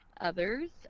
others